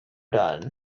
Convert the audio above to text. done